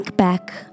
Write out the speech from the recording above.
back